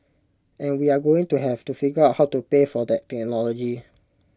and we're going to have to figure out how to pay for that technology